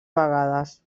vegades